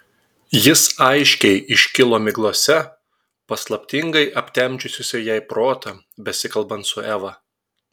jis aiškiai iškilo miglose paslaptingai aptemdžiusiose jai protą besikalbant su eva